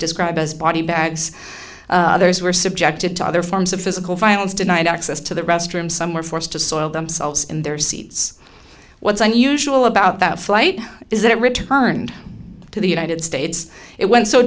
described as body bags were subjected to other forms of physical violence denied access to the restroom some were forced to soiled themselves in their seats what's unusual about that flight is that it returned to the united states it went so